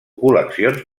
col·leccions